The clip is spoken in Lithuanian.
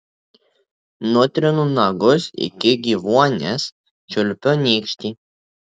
nutrinu nagus iki gyvuonies čiulpiu nykštį